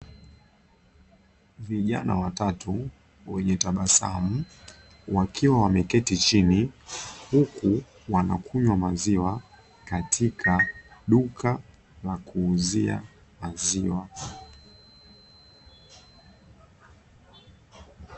Vijana watatu wenye tabasamu wakiwa wameketi chini, huku wanakunywa maziwa katika duka la kuuzia maziwa hayo.